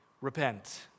Repent